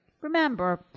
Remember